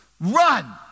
Run